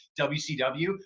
WCW